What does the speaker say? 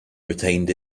retained